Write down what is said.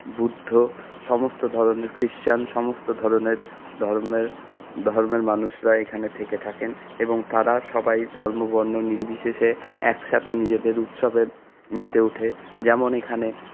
বুদ্ধ সমস্ত ধরনের খ্রিষ্টান সমস্ত ধরনের ধর্মের ধর্মের মানুষরা এখানে থেকে থাকেন এবং তারা সবাই ধর্ম বর্ণ নির্বিশেষে একসাথে নিজেদের উৎসবে মেতে ওঠে যেমন এখানে